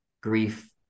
grief